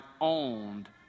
owned